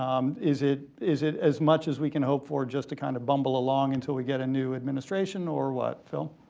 um is it is it as much as we can hope for us to kind of bumble along until we get a new administration, or what? phil?